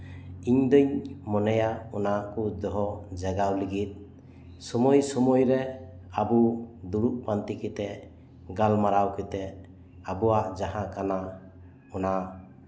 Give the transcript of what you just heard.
ᱤᱧ ᱫᱩᱧ ᱢᱚᱱᱮᱭᱟ ᱚᱱᱟ ᱠᱚ ᱫᱚᱦᱚ ᱡᱟᱜᱟᱣ ᱞᱟᱹᱜᱤᱫ ᱥᱚᱢᱚᱭᱼᱥᱚᱢᱚᱭ ᱨᱮ ᱟᱵᱚ ᱫᱩᱲᱩᱵ ᱯᱟᱱᱛᱮ ᱠᱟᱛᱮ ᱜᱟᱞᱢᱟᱨᱟᱣ ᱠᱟᱛᱮ ᱟᱵᱚᱣᱟᱜ ᱡᱟᱦᱟᱸ ᱠᱟᱱᱟ ᱚᱱᱟ